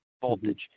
voltage